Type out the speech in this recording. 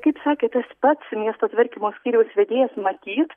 kaip sakė tas pats miesto tvarkymo skyriaus vedėjas matyt